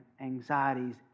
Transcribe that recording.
anxieties